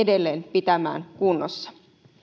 pitämään kunnossa